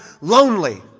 lonely